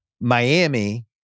Miami